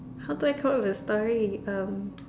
how do I come up with a story um